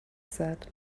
said